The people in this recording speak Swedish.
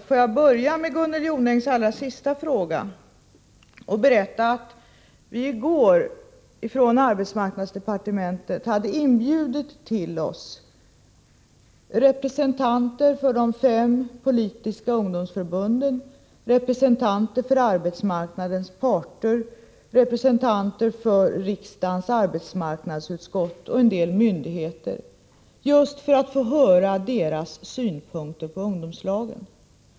Får jag börja med Gunnel Jonängs allra sista fråga och berätta att arbetsmarknadsdepartementet i går hade inbjudit representanter för de fem politiska ungdomsförbunden, representanter för arbetsmarknadens parter, representanter för riksdagens arbetsmarknadsutskott och vissa myndigheter just för att få höra deras synpunkter på ungdomslagen.